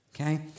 Okay